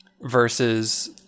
versus